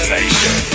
Nation